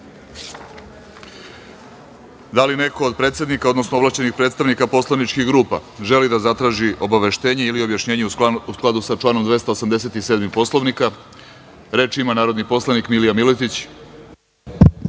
li neko od predsednika, odnosno ovlašćenih predstavnika poslaničkih grupa želi da zatraži obaveštenje ili objašnjenje u skladu sa članom 287. Poslovnika? (Da.)Reč ima narodni poslanik Milija Miletić.